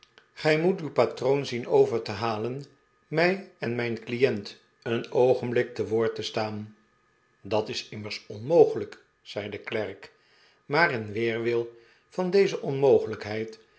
gij de pickwick club moet uw patroon zien over te halen mij en mijn client een oogenblik te woord te staan dat is immers onmogelijk zei de klerk maar in weerwil van deze onmogelijkheid